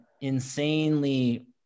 insanely